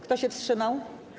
Kto się wstrzymał?